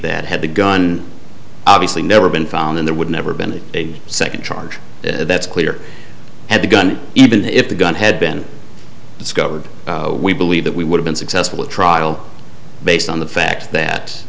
that had the gun obviously never been found in there would never been a second charge that's clear and the gun even if the gun had been discovered we believe that we would've been successful at trial based on the fact that